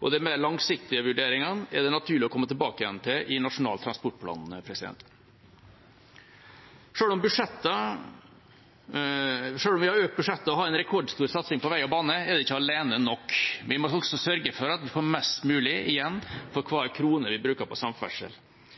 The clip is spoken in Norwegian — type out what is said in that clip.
og de mer langsiktige vurderingene er det mer naturlig å komme tilbake til i Nasjonal transportplan. Selv om vi har økt budsjettet og har en rekordstor satsing på vei og bane, er det ikke alene nok. Vi må også sørge for at vi får mest mulig igjen for hver krone vi bruker på samferdsel.